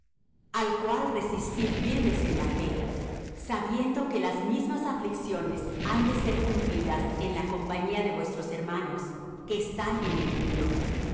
al cual resistid firmes en la fe sabiendo que las mismas aflicciones han de ser cumplidas en la compañía de vuestros hermanos que están en el mundo